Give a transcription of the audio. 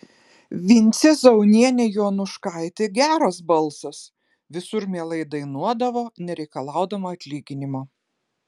vincė zaunienė jonuškaitė geras balsas visur mielai dainuodavo nereikalaudama atlyginimo